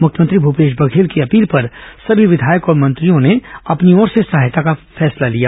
मुख्यमंत्री भूपेश बघेल की अपील पर सभी विधायक और मंत्रियों ने अपनी ओर से सहायता का फैसला लिया